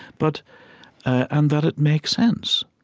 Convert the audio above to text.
but and that it make sense,